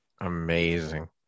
Amazing